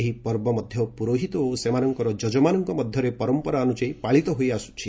ଏହି ପର୍ବ ମଧ୍ୟ ପୁରୋହିତ ଓ ସେମାନଙ୍କର ଜଜମାନଙ୍କ ମଧ୍ୟରେ ପରମ୍ପରା ଅନୁଯାୟୀ ପାଳିତ ହୋଇଆସ୍କୁଛି